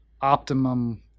optimum